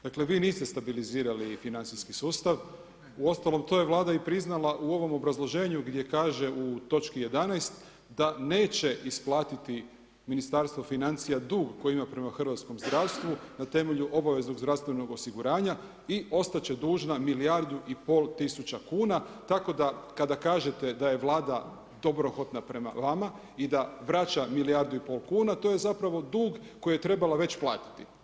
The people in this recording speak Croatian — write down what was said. Dakle, vi niste stabilizirali financijski sustav, u ostalom to je Vlada i priznala u ovom obrazloženju gdje kaže u točki 11. da neće isplatiti Ministarstvo financija dug koji ima prema hrvatskom zdravstvu na temelju obaveznog zdravstvenog osiguranja i ostat će dužna milijardu i pol tisuća kuna, tako da kada kažete da je Vlada dobrohodna prema vama i da vraća milijardu i pol kuna to je zapravo dug koji je trebala već platiti.